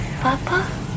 Papa